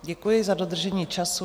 Děkuji za dodržení času.